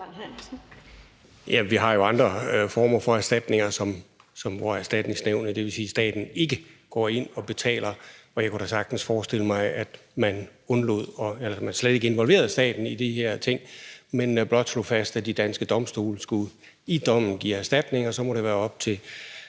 vi har jo andre former for erstatninger, hvor Erstatningsnævnet, dvs. staten, ikke går ind og betaler. Og jeg kunne da sagtens forestille mig, at man slet ikke involverede staten i de her ting, men blot slog fast, at de danske domstole i dommen skulle give erstatning, og at det så må være op til